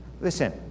Listen